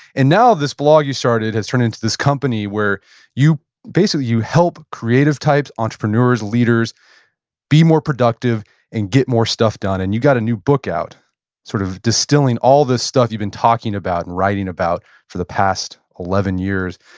and now, this blog you started has turned into this company where basically, you help creative types, entrepreneurs, leaders be more productive and get more stuff done and you got a new book out sort of distilling all this stuff you've been talking about and writing about for the past eleven years.